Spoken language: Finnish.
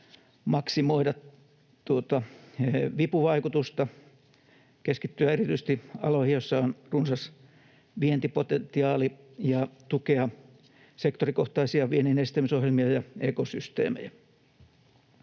maksimoida vipuvaikutusta, keskittyä erityisesti aloihin, joilla on runsas vientipotentiaali, ja tukea sektorikohtaisia vienninedistämisohjelmia ja -ekosysteemejä.